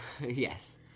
Yes